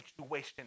situation